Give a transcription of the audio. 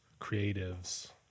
creatives